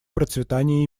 процветания